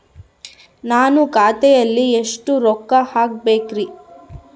ನಾನು ಖಾತೆಯಲ್ಲಿ ಎಷ್ಟು ರೊಕ್ಕ ಹಾಕಬೇಕ್ರಿ?